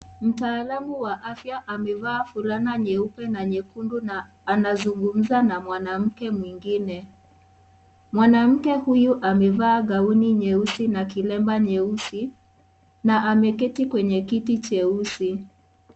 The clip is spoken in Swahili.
Mtaalamu wa afya amevaa fulana nyeupe na nyekundu na anazungumza na mwanamke mwingine. Mwanamke huyu amevaa gauni nyeusi na kilemba nyeusi na ameketi kwenye kiti cheusi.